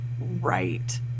right